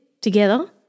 together